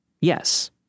yes